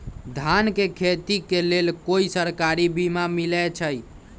धान के खेती के लेल कोइ सरकारी बीमा मलैछई?